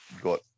got